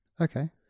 Okay